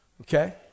Okay